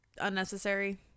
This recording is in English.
unnecessary